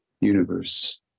universe